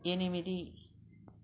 ఎనిమిది